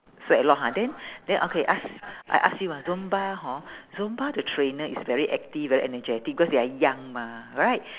sweat a lot ha then then okay ask I ask you ah zumba hor zumba the trainer is very active very energetic cause they are young mah right